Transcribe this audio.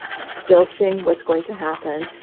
still seeing what's going to happen.